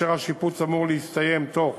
כאשר השיפוץ אמור להסתיים בתוך